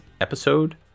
episode